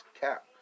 cap